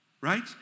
right